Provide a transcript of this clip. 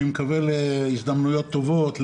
אני מקווה שלהזדמנויות טובות,